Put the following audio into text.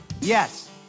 Yes